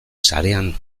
sarean